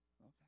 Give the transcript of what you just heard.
Okay